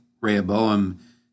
Rehoboam